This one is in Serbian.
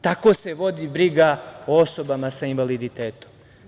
Tako se vodi briga o osobama sa invaliditetom.